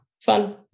fun